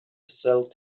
sell